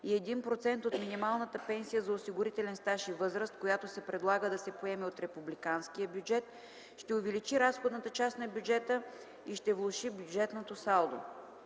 и 1% от минималната пенсия за осигурителен стаж и възраст, която се предлага да се поеме от републиканския бюджет, ще увеличи разходната част на бюджета и ще влоши бюджетното салдо.